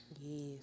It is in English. Yes